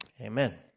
Amen